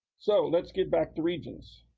so let's get back to regions.